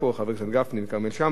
חברי הכנסת גפני וכרמל שאמה,